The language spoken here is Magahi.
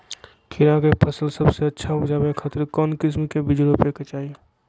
खीरा के फसल सबसे अच्छा उबजावे खातिर कौन किस्म के बीज रोपे के चाही?